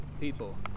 people